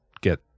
get